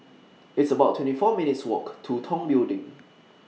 It's about twenty four minutes' Walk to Tong Building